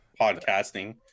podcasting